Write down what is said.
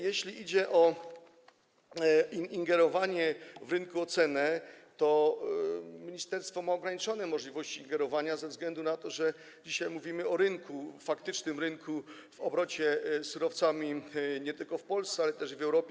Jeśli chodzi o ingerowanie w rynek, w cenę, to ministerstwo ma ograniczone możliwości ingerowania ze względu na to, że dzisiaj mówimy o rynku, faktycznym rynku w obrocie surowcami nie tylko w Polsce, ale też w Europie.